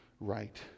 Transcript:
Right